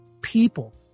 people